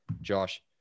josh